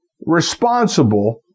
responsible